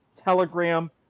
Telegram